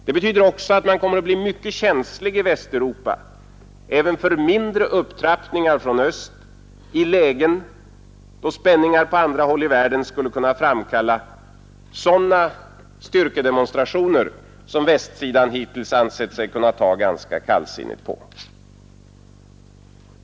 Det betyder också att man kommer att bli mycket känslig i Västeuropa även för mindre upptrappningar från öst i lägen, då spänningar på andra håll i världen skulle kunna framkalla sådana styrkedemonstrationer, som västsidan hittills ansett sig kunna ta ganska kallsinnigt på.